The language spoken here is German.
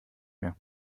mehr